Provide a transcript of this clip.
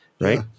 right